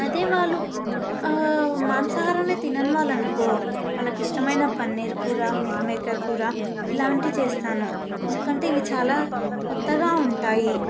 అదే వాళ్ళు మాంసాహారాన్ని తినని వాళ్ళు అనుకో వాళ్ళకి ఇష్టమైన పన్నీర్ కూర మీల్ మేకర్ కూర ఇలాంటివి చేస్తాను ఎందుకంటే ఇవి చాలా కొత్తగా ఉంటాయి